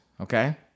okay